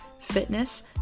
fitness